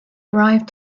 arrived